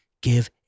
give